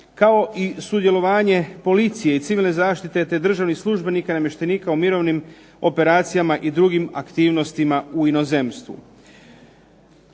kao i sudjelovanje policije i civilne zaštite, te državnih službenika i namještenika u mirovnim operacija i drugim aktivnostima u inozemstvu.